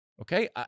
Okay